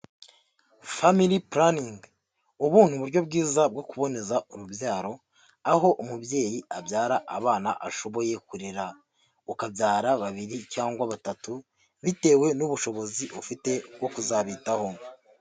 Familly planning, ubu ni uburyo bwiza bwo kuboneza urubyaro, aho umubyeyi abyara abana ashoboye kurera, ukabyara babiri cyangwa batatu bitewe n'ubushobozi ufite bwo kuzabitaho.